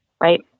right